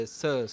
sir